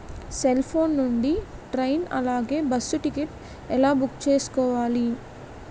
Cell phone నుండి train అలాగే bus ticket ఎలా బుక్ చేసుకోవాలి?